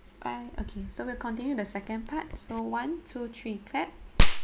okay so we'll continue the second part so one two three clap